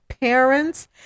parents